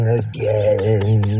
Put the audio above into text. again